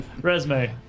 Resume